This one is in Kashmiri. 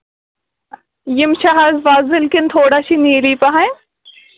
یِم چھِ حظ وۄزٕلۍ کِنہٕ تھوڑا چھِ نیٖلی پَہم